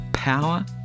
power